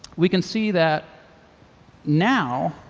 we can see that now